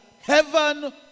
heaven